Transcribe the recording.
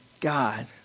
God